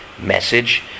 message